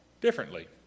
differently